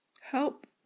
help